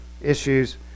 issues